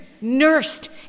nursed